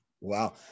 wow